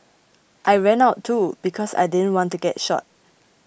I ran out too because I didn't want to get shot